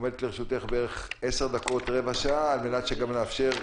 עומדות לרשותך בערך 15-10 דקות על מנת שנאפשר,